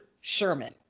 Sherman